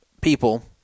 people